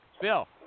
Bill